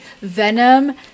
Venom